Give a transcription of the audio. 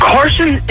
Carson